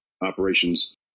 operations